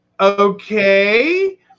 okay